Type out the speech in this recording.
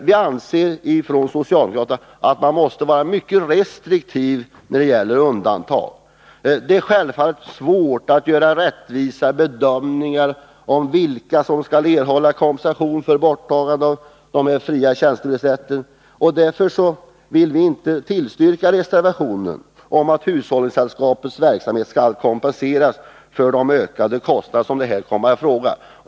Vi socialdemokrater anser att man måste vara mycket restriktiv med undantag. Det är självfallet svårt att göra rättvisa bedömningar av vilka som skall erhålla kompensation för borttagandet av den fria tjänstebrevsrätten. Därför vill vi inte tillstyrka reservationskravet om att hushållningssällskapens verksamhet skall kompenseras för de ökade kostnader som här kan komma i fråga.